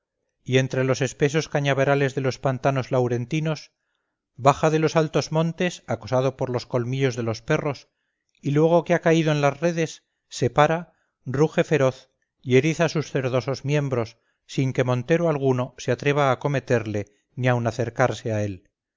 y entre los espesos cañaverales de los pantanos laurentinos baja de los altos montes acosado por los colmillos de los perros y luego que ha caído en las redes se para ruge feroz y eriza sus cerdosos miembros sin que montero alguno se atreva a acometerle ni aun acercarse a él